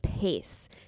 pace